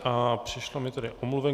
A přišla mi tady omluvenka.